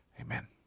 Amen